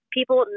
People